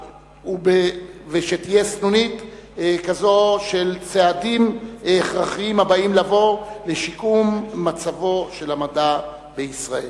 ושתהיה סנונית כזאת של צעדים הכרחיים לשיקום מצבו של המדע בישראל.